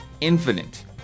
infinite